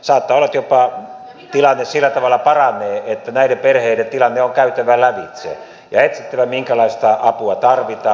saattaa jopa olla että tilanne sillä tavalla paranee että näiden perheiden tilanne on käytävä lävitse ja etsittävä minkälaista apua tarvitaan